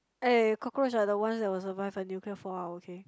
eh cockroach are the ones that will survive a nuclear fallout okay